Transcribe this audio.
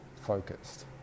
focused